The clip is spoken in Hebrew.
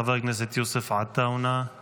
חבר הכנסת, בבקשה.